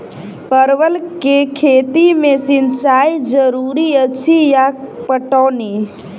परवल केँ खेती मे सिंचाई जरूरी अछि या पटौनी?